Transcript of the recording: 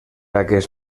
aquest